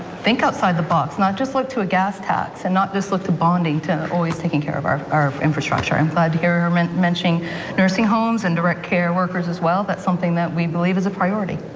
think outside the box, not just look to a gas tax and not just look to bonding to always taking care of our our infrastructure i'm glad to hear her um and mentioning nursing homes and direct care workers as well that's something that we believe is a priority.